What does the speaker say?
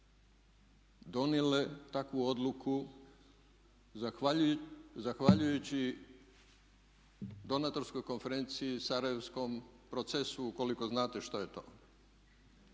donijele takvu odluku i zahvaljujući donatorskoj konferenciji sarajevskom procesu ukoliko znate što je to?